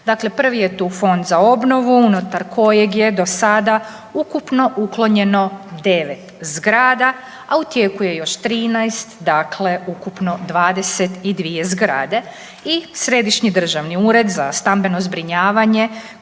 Dakle, prvi je tu Fond za obnovu unutar kojeg je do sada ukupno uklonjeno 9 zgrada, a u tijeku je još 13 dakle ukupno 22 zgrade i Središnji državni ured za stambeno zbrinjavanje